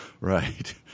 right